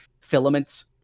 filaments